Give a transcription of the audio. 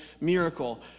miracle